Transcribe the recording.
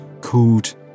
called